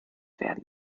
werden